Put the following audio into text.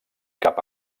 cap